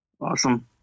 Awesome